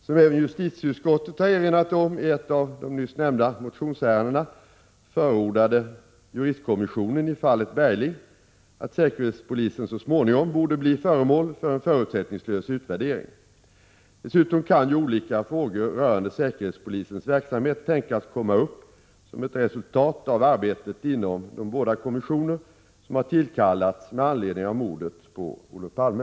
Som även justitieutskottet har erinrat om i ett av de nyss nämnda motionsärendena förordade juristkommissionen i fallet Berling att säkerhetspolisen så småningom borde bli föremål för en förutsättningslös utvärdering. Dessutom kan ju olika frågor rörande säkerhetspolisens verksamhet tänkas komma upp som ett resultat av arbetet inom de båda kommissioner som har tillkallats med anledning av mordet på Olof Palme.